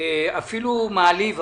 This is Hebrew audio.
המצב הזה אפילו מעליב.